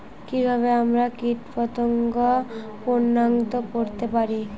কিভাবে আমরা কীটপতঙ্গ সনাক্ত করতে পারি?